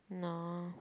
no